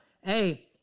hey